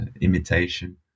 imitation